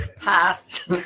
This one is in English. past